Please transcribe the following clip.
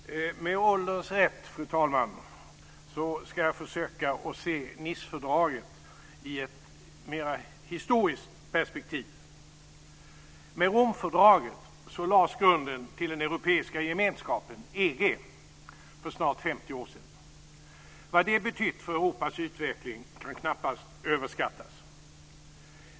Fru talman! Med ålderns rätt ska jag försöka se Nicefördraget i ett mer historiskt perspektiv. Med Romfördraget lades grunden till den europeiska gemenskapen, EG, för snart 50 år sedan. Vad det betytt för Europas utveckling kan knappast överskattas.